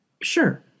Sure